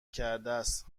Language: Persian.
کردست